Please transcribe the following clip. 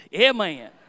Amen